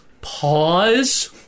pause